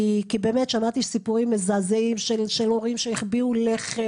שמעתי סיפורים מזעזעים של הורים שהחביאו לחם